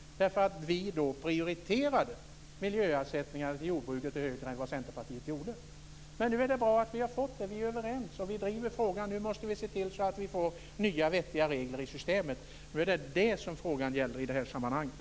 Vi prioriterade miljöersättningarna till jordbruket högre än vad Centerpartiet gjorde. Nu är det bra att vi har fått detta. Vi är överens. Vi driver frågan. Nu måste vi se till att det blir nya vettiga regler i systemet.